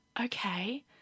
Okay